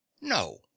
no